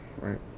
right